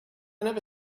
never